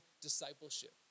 discipleship